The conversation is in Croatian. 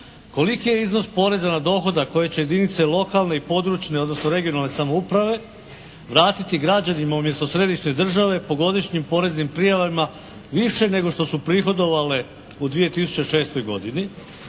koliki je iznos poreza na dohodak koji će jedinice lokalne i područne odnosno regionalne samouprave vratiti građanima umjesto središnje države po godišnjim poreznim prijavama više nego što su prihodovale u 2006. godini?